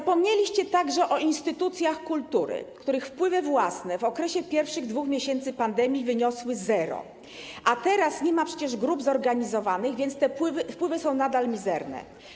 Zapomnieliście także o instytucjach kultury, których wpływy własne w okresie pierwszych dwóch miesięcy pandemii wyniosły zero, a teraz nie ma przecież grup zorganizowanych, więc te wpływy są nadal mizerne.